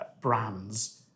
brands